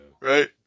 Right